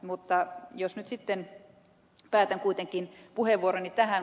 mutta jos nyt sitten päätän kuitenkin puheenvuoroni tähän